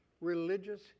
religious